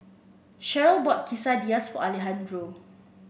Cheryl bought Quesadillas for Alejandro